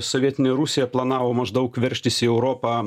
sovietinė rusija planavo maždaug veržtis į europą